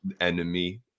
enemy